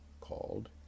called